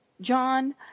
John